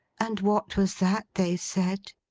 and what was that, they said?